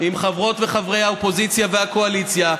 עם חברות וחברי האופוזיציה והקואליציה,